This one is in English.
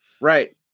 Right